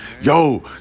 Yo